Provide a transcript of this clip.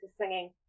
singing